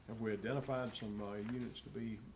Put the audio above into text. we identify us in my units to be.